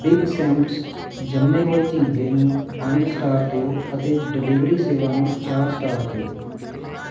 big Sam's ਜੰਮੇ ਹੋਏ ਝੀਂਗੇ ਨੂੰ ਪੰਜ ਸਟਾਰ ਦਿਓ ਅਤੇ ਡਿਲੀਵਰੀ ਸੇਵਾ ਨੂੰ ਚਾਰ ਸਟਾਰ ਦਿਓ